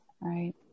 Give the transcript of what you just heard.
right